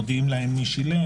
מודיעים להם מי שילם,